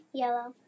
yellow